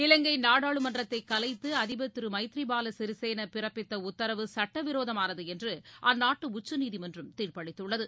இலங்கை நாடாளுமன்றத்தை கலைத்து அதிபர் திரு மைத்ரிபாவா சிறிசேளா பிறப்பித்த உத்தரவு சட்டவிரோதமானது என அந்நாட்டு உச்சநீதிமன்றம் தீர்ப்பளித்துள்ளது